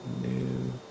new